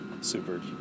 super